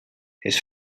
his